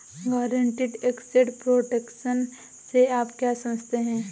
Guaranteed asset protection से आप क्या समझते हैं?